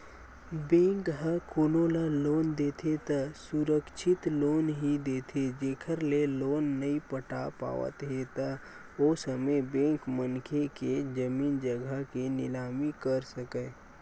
bank ह कोनो ल लोन देथे त सुरक्छित लोन ही देथे जेखर ले लोन नइ पटा पावत हे त ओ समे बेंक मनखे के जमीन जघा के निलामी कर सकय